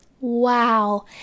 Wow